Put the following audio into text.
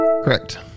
Correct